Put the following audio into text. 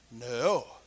No